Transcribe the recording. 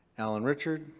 allen richards.